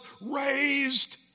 raised